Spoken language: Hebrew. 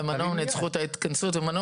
ומנעו ממני את זכות ההתכנסות ומנעו